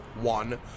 one